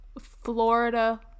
Florida